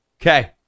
Okay